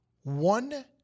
One